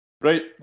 Right